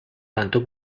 tanto